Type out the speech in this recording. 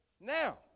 now